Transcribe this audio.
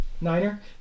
Niner